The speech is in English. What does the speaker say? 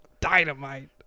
Dynamite